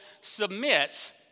submits